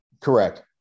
correct